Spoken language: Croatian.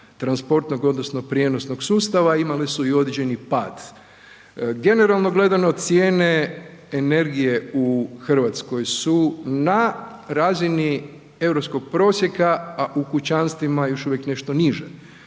transportnog odnosno prijenosnog sustava imale su i određeni pad. Generalno gledano cijene energije u RH su na razini europskog prosjeka, a u kućanstvima još uvijek nešto niže.